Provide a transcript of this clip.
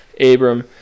Abram